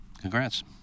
Congrats